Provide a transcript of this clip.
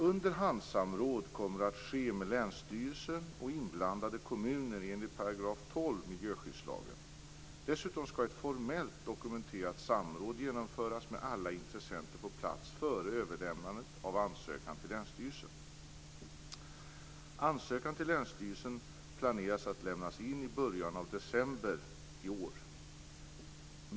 Underhandssamråd kommer att ske med länsstyrelsen och inblandade kommuner enligt 12 § miljöskyddslagen. Dessutom skall ett formellt dokumenterat samråd genomföras med alla intressenter på plats före överlämnandet av ansökan till länsstyrelsen. Ansökan till länsstyrelsen planeras bli inlämnad i början av december i år.